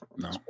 no